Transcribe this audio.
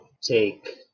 take